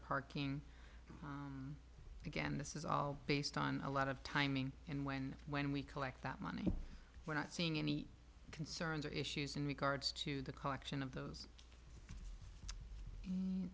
parking again this is all based on a lot of timing and when when we collect that money we're not seeing any concerns or issues in regards to the collection of those